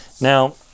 Now